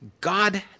God